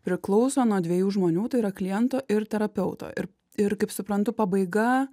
priklauso nuo dviejų žmonių tai yra kliento ir terapeuto ir ir kaip suprantu pabaiga